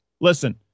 Listen